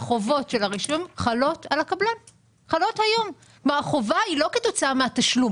החובות של הרישום חלות על הקבלן - החובה היא לא כתוצאה מהתשלום.